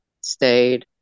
stayed